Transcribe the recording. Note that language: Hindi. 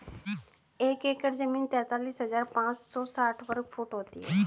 एक एकड़ जमीन तैंतालीस हजार पांच सौ साठ वर्ग फुट होती है